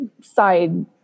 side